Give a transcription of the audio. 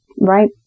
Right